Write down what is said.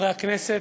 חברי הכנסת,